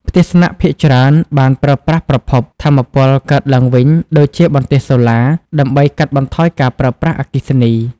ផ្ទះស្នាក់ភាគច្រើនបានប្រើប្រាស់ប្រភព ថាមពលកកើតឡើងវិញ ដូចជាបន្ទះសូឡា ដើម្បីកាត់បន្ថយការប្រើប្រាស់អគ្គិសនី។